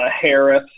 Harris